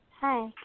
Hi